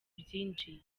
byinshi